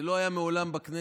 זה לא היה מעולם בכנסת,